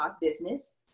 business